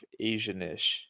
Asianish